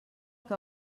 que